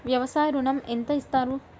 వ్యవసాయ ఋణం ఎంత ఇస్తారు?